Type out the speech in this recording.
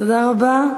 תודה רבה,